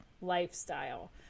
lifestyle